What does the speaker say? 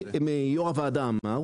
וזה יו"ר הוועדה אמר,